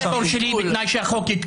חברת הכנסת בזק,